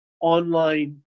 online